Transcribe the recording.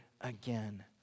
again